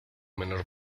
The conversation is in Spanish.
menor